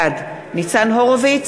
בעד ניצן הורוביץ,